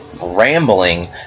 rambling